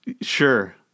Sure